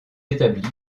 établie